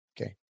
Okay